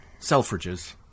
Selfridges